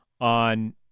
on